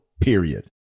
period